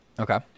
Okay